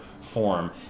form